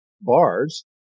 bars